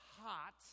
hot